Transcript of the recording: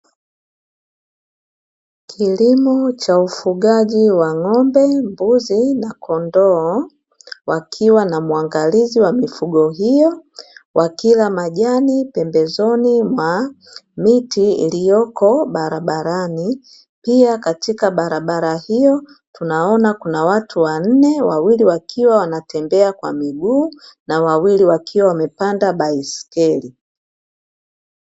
Kilimo cha ufugaji wa ng'ombe, mbuzi, na kondoo. Wakiwa na mwangalizi wa mifugo hiyo wakila majani pembezoni mwa miti iliyoko barabarani pia katika barabara hiyo tunaona kuna watu wanne wawili wakiwa wanatembea kwa miguu, na wawili wakiwa wamepanda baskeli.